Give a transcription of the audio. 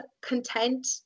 content